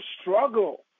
struggle